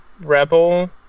Rebel